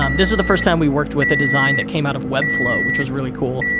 um this was the first time we worked with a design that came out of webflow, which was really cool,